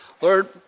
Lord